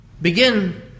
begin